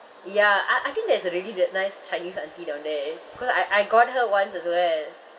ya I I think there's a really that nice chinese auntie down there because I I got her once as well